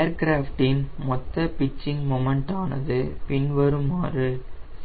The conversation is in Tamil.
ஏர்கிராஃப்ட்டின் மொத்த பிட்சிங் மொமன்டானது பின்வருமாறு